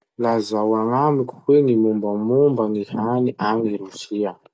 Lazao agnamiko hoe gny mombamomba gny hany agny Rosia?